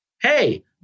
hey